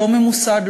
לא ממוסד,